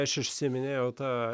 aš užsiiminėjau ta